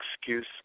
excuse